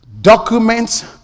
documents